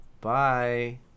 bye